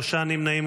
נמנעים.